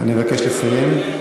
אני מבקש לסיים.